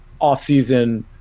offseason